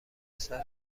سرم